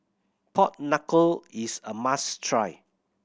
pork knuckle is a must try